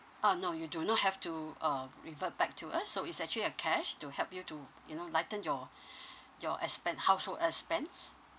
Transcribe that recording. uh no you do not have to uh revert back to us so is actually a cash to help you to you know lighten your your expen~ household expense